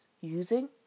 using